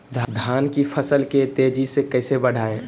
धान की फसल के तेजी से कैसे बढ़ाएं?